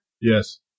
Yes